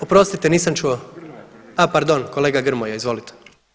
Oprostite nisam čuo, a pardon kolega Grmoja izvolite.